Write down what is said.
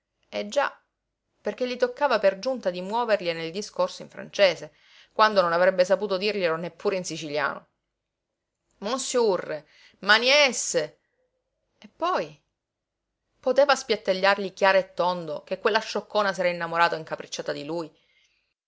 eh già perché gli toccava per giunta di muovergliene il discorso in francese quando non avrebbe saputo dirglielo neppure in siciliano monsiurre ma nièsse e poi poteva spiattellargli chiaro e tondo che quella scioccona s'era innamorata o incapricciata di lui